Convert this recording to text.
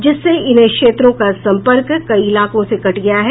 जिससे इन क्षेत्रों का संपर्क कई इलाकों से कट गया है